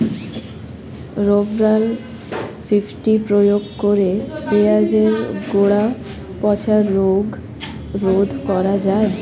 Rovral fifty প্রয়োগ করে পেঁয়াজের গোড়া পচা রোগ রোধ করা যায়?